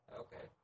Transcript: okay